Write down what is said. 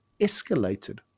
escalated